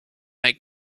make